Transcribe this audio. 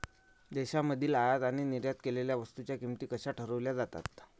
देशांमधील आयात आणि निर्यात केलेल्या वस्तूंच्या किमती कशा ठरवल्या जातात?